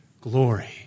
glory